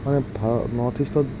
মানে ভা নৰ্থ ইষ্টত